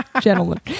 gentlemen